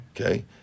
Okay